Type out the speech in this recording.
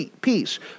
peace